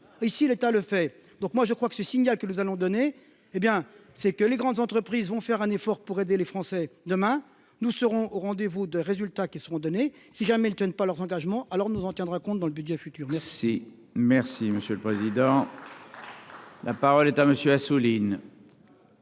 si l'État le fait, donc moi je crois que ce signal que nous allons donner, hé bien c'est que les grandes entreprises vont faire un effort pour aider les Français demain, nous serons au rendez-vous de résultats qui seront donnés, si jamais ils tiennent pas leurs engagements, alors nous on tiendra compte dans le budget, futur. Merci, merci Monsieur le Président. La parole est à monsieur Assouline.